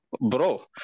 bro